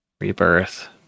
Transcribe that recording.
rebirth